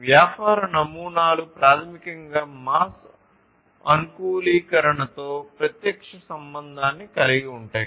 కాబట్టి వ్యాపార నమూనాలు ప్రాథమికంగా మాస్ అనుకూలీకరణతో ప్రత్యక్ష సంబంధాన్ని కలిగి ఉంటాయి